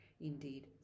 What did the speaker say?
Indeed